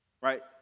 Right